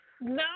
No